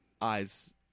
eyes